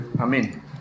Amen